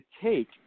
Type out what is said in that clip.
take